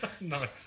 Nice